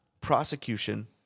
prosecution